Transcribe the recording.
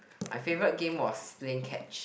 my favorite game was playing catch